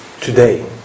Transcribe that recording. today